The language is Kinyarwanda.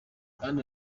anne